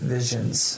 Visions